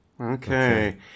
Okay